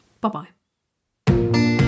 bye-bye